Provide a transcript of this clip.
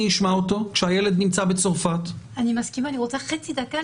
מתוך רצון לסיים עם החוק,